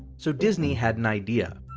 so disney had an idea.